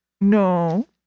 No